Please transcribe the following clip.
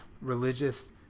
religious